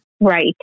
Right